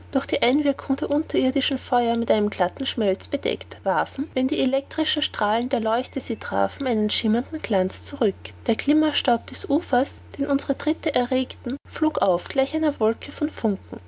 durch die einwirkung der unterirdischen feuer mit einem glatten schmelz bedeckt warfen wenn die elektrischen strahlen der leuchte sie trafen einen schimmernden glanz zurück der glimmerstaub des ufers den unsere tritte erregten flog auf gleich einer wolke von funken